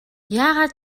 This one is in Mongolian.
яагаад